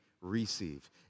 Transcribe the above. receive